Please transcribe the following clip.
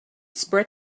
spread